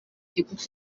gikuta